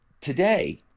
Today